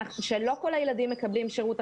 שלא כל הילדים מקבלים שירות.